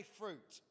fruit